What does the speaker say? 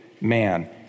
man